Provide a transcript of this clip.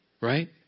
Right